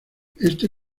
este